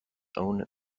own